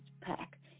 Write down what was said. pack